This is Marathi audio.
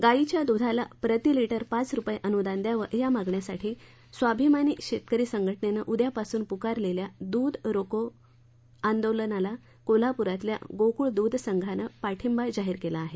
गाईच्या दुधाला प्रतिलिटर पाच रुपये अनुदान द्यावं या मागणीसाठी स्वाभिमान शेतकरी संघटनेनं उद्यापासून पुकारलेल्या दुध रोको आंदोलन आंदोलनाला कोल्हापुरातल्या गोकुळ दूध संघानं पाठिंबा जाहीर केला आहे